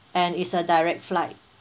and it's a direct flight